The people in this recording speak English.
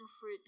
fruit